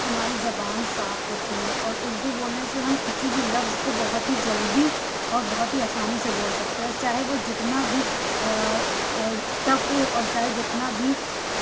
ہماری زبان صاف ہوتی ہے اور اُردو بولنے سے ہم کسی بھی لفظ کو بہت ہی جلدی اور بہت ہی آسانی سے بول سکتے ہیں اور چاہے وہ جتنا بھی ٹف ہو اور چاہے جتنا بھی